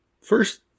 First